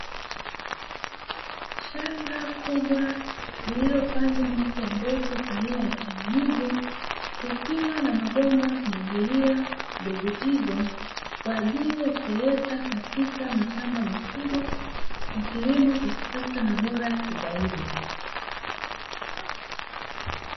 Shamba kubwa lililopandwa miche ya mbegu aina ya chainizi likiwa na mabomba ya kumwagilia mbegu hizo, kwa ajili ya kupeleka katika mashamba makubwa kwa kilimo cha kisasa na bora zaidi.